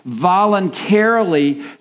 voluntarily